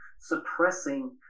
suppressing